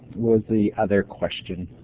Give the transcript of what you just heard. was the other question?